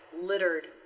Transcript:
littered